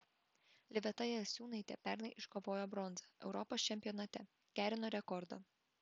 liveta jasiūnaitė pernai iškovojo bronzą europos čempionate gerino rekordą